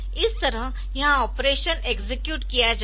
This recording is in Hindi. इस तरहयहां ऑपरेशन एक्सेक्यूट किया जाएगा